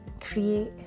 create